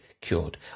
cured